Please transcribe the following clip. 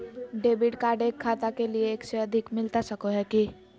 Debit card एक खाता के लिए एक से अधिक मिलता सको है की?